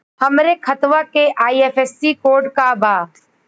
हमरे खतवा के आई.एफ.एस.सी कोड का बा?